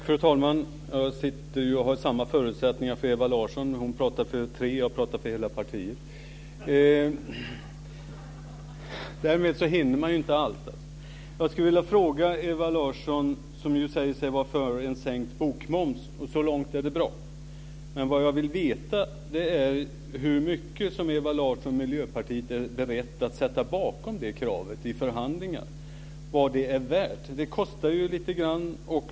Fru talman! Jag har samma förutsättningar som Ewa Larsson. Hon pratar för tre, jag pratar för hela partiet. Därmed hinner man inte allt. Ewa Larsson säger sig ju vara för en sänkt bokmoms. Så långt är det bra. Men jag vill veta hur mycket Ewa Larsson och Miljöpartiet är beredda att sätta bakom det kravet i förhandlingar, vad det är värt. Det kostar ju lite grann.